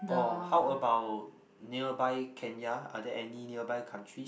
orh how about nearby Kenya are there any nearby countries